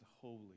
holy